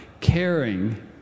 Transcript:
caring